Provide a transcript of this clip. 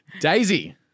Daisy